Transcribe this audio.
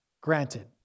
granted